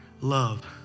love